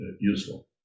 useful